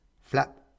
flap